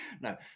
No